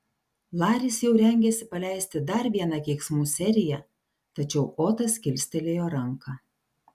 laris jau rengėsi paleisti dar vieną keiksmų seriją tačiau otas kilstelėjo ranką